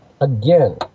Again